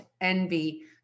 envy